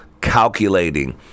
calculating